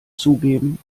zugeben